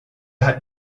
had